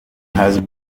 has